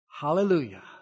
Hallelujah